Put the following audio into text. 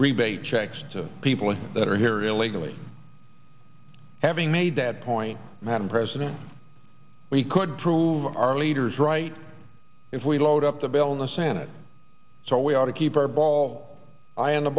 rebate checks to people that are here illegally having made that point madam president we could prove our leaders right if we load up the bill in the senate so we are to keep our ball i on the